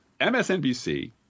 MSNBC